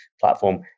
platform